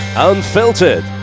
Unfiltered